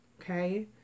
okay